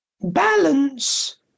Balance